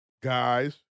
guys